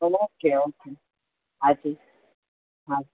okay okay હા જી હા